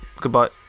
Goodbye